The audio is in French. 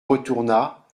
retourna